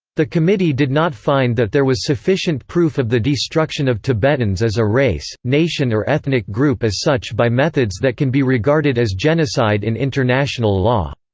the committee did not find that there was sufficient proof of the destruction of tibetans as a race, nation or ethnic group as such by methods that can be regarded as genocide in international law.